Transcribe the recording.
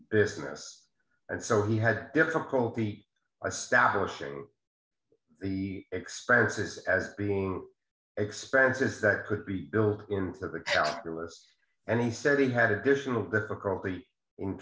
mess and so he had difficulty i sabotaging the expenses as being expenses that could be built into the calculus and he said he had additional difficulty in